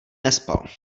nespal